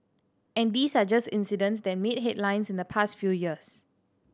and these are just incidents that made headlines in the past few years